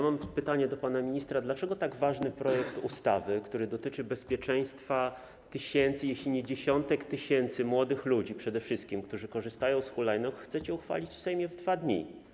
Mam pytanie do pana ministra: Dlaczego tak ważny projekt ustawy, który dotyczy bezpieczeństwa tysięcy, jeśli nie dziesiątek tysięcy, przede wszystkim młodych ludzi, którzy korzystają z hulajnóg, chcecie uchwalić w Sejmie w 2 dni?